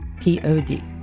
Pod